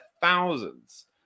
thousands